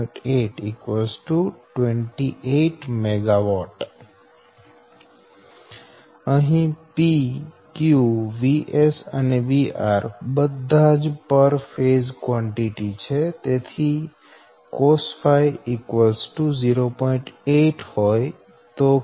8 28 MW અહી P Q Vs અને VR આ બધા જ પર ફેઝ કવાંટીટી છે તેથી અહી cosɸ 0